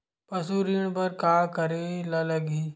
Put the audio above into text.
पशु ऋण बर का करे ला लगही?